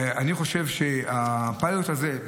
אני חושב שהפיילוט הזה,